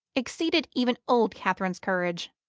exceeded even old catherine's courage,